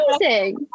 amazing